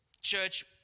Church